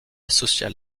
social